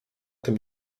tym